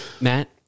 Matt